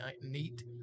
neat